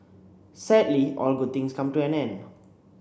sadly all good things come to an end